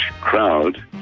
crowd